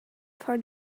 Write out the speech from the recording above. for